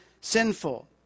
sinful